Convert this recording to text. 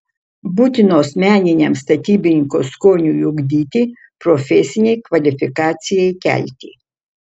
būtinos meniniam statybininko skoniui ugdyti profesinei kvalifikacijai kelti